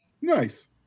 Nice